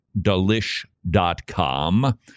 delish.com